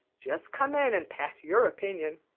just come in and pass your opinion.